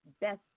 Best